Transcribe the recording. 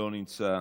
לא נמצא,